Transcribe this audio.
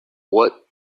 what